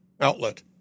outlet